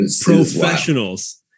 Professionals